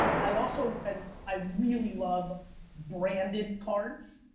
i also and i really love branded cards.